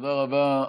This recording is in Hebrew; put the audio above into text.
תודה רבה.